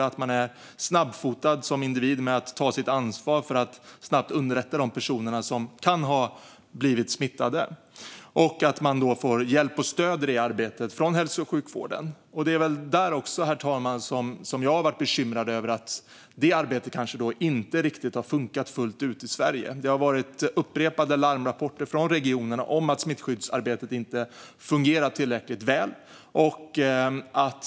Det gäller att man är snabbfotad som individ med att ta sitt ansvar och snabbt underrättar de personer som kan ha blivit smittade. Det gäller då att man får hjälp och stöd i det arbetet från hälso och sjukvården. Herr talman! Det är där som jag har varit bekymrad över att det arbetet kanske inte har fungerat fullt ut i Sverige. Det har varit upprepade larmrapporter från regionerna om att smittskyddsarbetet inte fungerat tillräckligt väl.